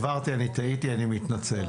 בבקשה.